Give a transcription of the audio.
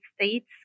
States